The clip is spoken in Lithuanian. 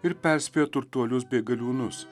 ir perspėja turtuolius bei galiūnus